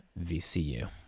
VCU